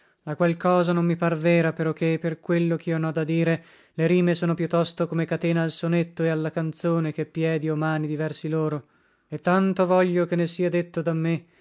qual cosa non mi par vera peroché per quello chio noda dire le rime sono più tosto come catena al sonetto e alla canzone che piedi o mani di versi loro e tanto voglio che ne sia detto da me